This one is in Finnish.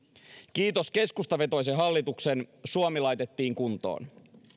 kiitos keskustavetoisen hallituksen suomi laitettiin kuntoon